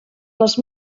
les